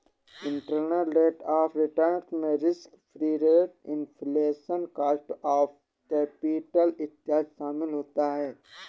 internal rate of return में risk free rate, inflation, cost of capital इत्यादि शामिल होता है